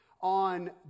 on